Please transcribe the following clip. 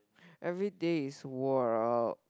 everyday is work